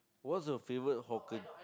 what's your favorite hawker